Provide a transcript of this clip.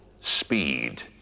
speed